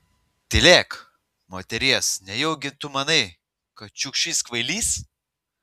tylėk moteries nejaugi tu manai kad čiukčis kvailys